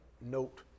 note